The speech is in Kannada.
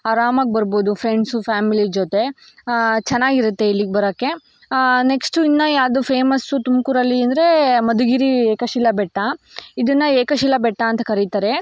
ಆರಾಮಾಗಿ ಬರ್ಬೋದು ಫ್ರೆಂಡ್ಸು ಫ್ಯಾಮಿಲಿ ಜೊತೆ ಚೆನ್ನಾಗಿರುತ್ತೆ ಇಲ್ಲಿಗೆ ಬರೋಕ್ಕೆ ನೆಕ್ಸ್ಟು ಇನ್ನು ಯಾವುದು ಫೇಮಸ್ಸು ತುಮಕೂರಲ್ಲಿ ಅಂದರೆ ಮಧುಗಿರಿ ಏಕಶಿಲಾ ಬೆಟ್ಟ ಇದನ್ನು ಏಕಶಿಲಾ ಬೆಟ್ಟ ಅಂತ ಕರೀತಾರೆ